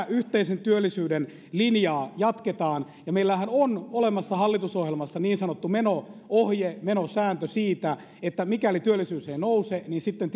yhteisen työllisyyden linjaa jatketaan ja meillähän on olemassa hallitusohjelmassa niin sanottu meno ohje menosääntö siitä että mikäli työllisyys ei nouse niin sitten